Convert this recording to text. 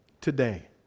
today